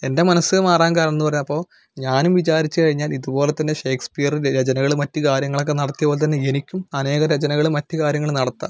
എൻ്റെ മനസ്സ് മാറാൻ കാരണം എന്ന് പറഞ്ഞു അപ്പോൾ ഞാനും വിചാരിച്ചുകഴിഞ്ഞാൽ ഇതുപോലെ തന്നെ ഷേക്സ്പിയര് രചനകള് മറ്റു കാര്യങ്ങളൊക്കെ നടത്തിയത് പോലെ തന്നെ എനിക്കും അനേകം രചനകള് മറ്റുകാര്യങ്ങള് നടത്താം